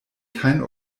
kein